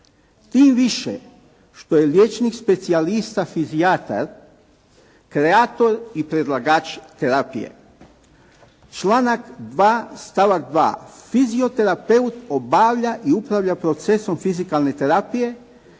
Tim više što je liječnik specijalista fizijatar kreator i predlagač terapije. Članak 2. stavak 2. fizioterapeut obavlja i upravlja procesom fizikalne terapije,